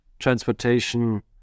transportation